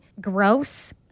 gross